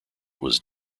was